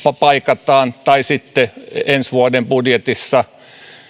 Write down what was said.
paikataan tai sitten ensi vuoden budjetissa